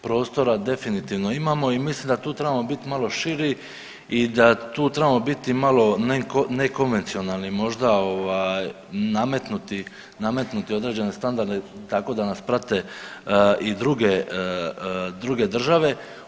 Prostora definitivno imamo i mislim da tu trebamo biti malo širi i da tu trebamo biti malo nekonvencionalni, možda nametnuti određene standarde tako da nas prate i druge države.